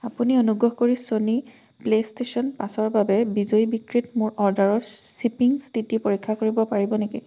আপুনি অনুগ্ৰহ কৰি ছনী প্লে'ষ্টেশ্যন পাঁচৰ বাবে বিজয় বিক্ৰীত মোৰ অৰ্ডাৰৰ শ্বিপিং স্থিতি পৰীক্ষা কৰিব পাৰিব নেকি